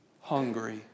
hungry